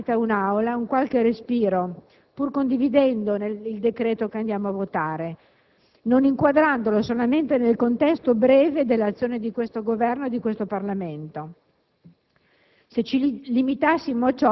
vale la pena dare a questo dibattito in Aula qualche respiro, pur condividendo il disegno di legge che andiamo a votare, non inquadrandolo solamente nel contesto breve dell'azione di questo Governo e di questo Parlamento.